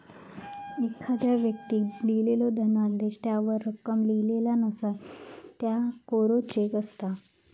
एखाद्दो व्यक्तीक लिहिलेलो धनादेश त्यावर रक्कम लिहिलेला नसता, त्यो कोरो चेक असता